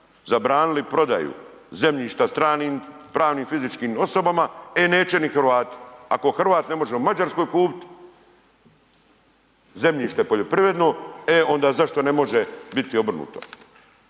zabranili prodaju zemljišta stranim pravnim i fizičkim osobama, e neće ni Hrvati ako Hrvat ne može u Mađarskoj kupiti zemljište poljoprivredno, e onda zašto ne može biti obrnuto?